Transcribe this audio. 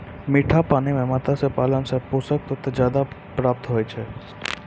मीठा पानी मे मत्स्य पालन मे पोषक तत्व ज्यादा प्राप्त हुवै छै